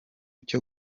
cyo